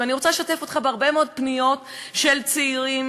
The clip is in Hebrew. ואני רוצה לשתף אותך בהרבה מאוד פניות של צעירים,